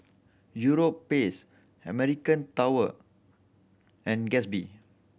Europace American tower and Gatsby